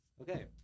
Okay